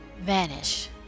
vanish